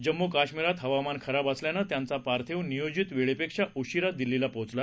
जम्मूकाश्मीरातहवामानखराबअसल्यानंत्यांचंपार्थिवनियोजितवेळेपेक्षाउशीरादिल्लीलापोचलं